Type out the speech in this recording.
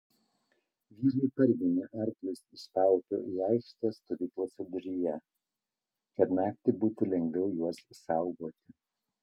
vyrai parginė arklius iš paupio į aikštę stovyklos viduryje kad naktį būtų lengviau juos saugoti